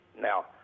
Now